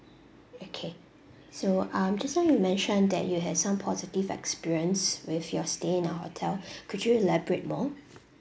okay so um just now you mentioned that you have some positive experience with your stay in our hotel could you elaborate more